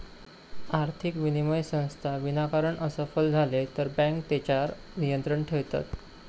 आर्थिक विनिमय संस्था विनाकारण असफल झाले तर बँके तेच्यार नियंत्रण ठेयतत